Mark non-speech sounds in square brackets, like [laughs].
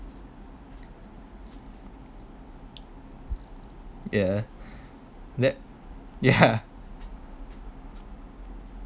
yeah that ya [laughs]